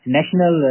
National